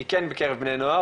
היא כן בקרב בני נוער,